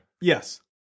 Yes